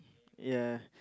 ya